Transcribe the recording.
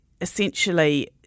essentially